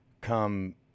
Come